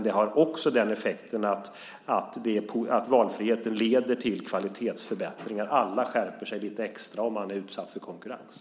Det har också effekten att valfriheten leder till kvalitetsförbättringar. Alla skärper sig lite extra - så är det om man är utsatt för konkurrens.